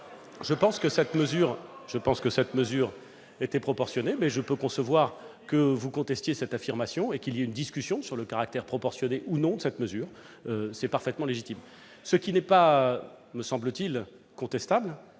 Je pense que cette mesure était proportionnée, mais je peux concevoir que vous contestiez cette affirmation, et qu'une discussion ait lieu sur ce point. C'est parfaitement légitime. Ce qui n'est pas, me semble-t-il, contestable,